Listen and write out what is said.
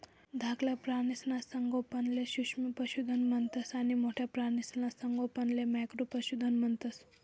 धाकला प्राणीसना संगोपनले सूक्ष्म पशुधन म्हणतंस आणि मोठ्ठा प्राणीसना संगोपनले मॅक्रो पशुधन म्हणतंस